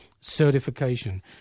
certification